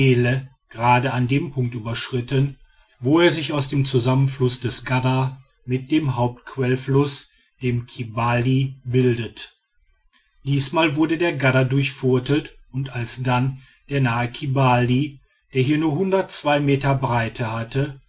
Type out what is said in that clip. gerade an dem punkt überschritten wo er sich aus dem zusammenfluß des gadda mit dem hauptquellfluß dem kibali bildet diesmal wurde der gadda durchfurtet und alsdann der nahe kibali der hier nur meter breite hat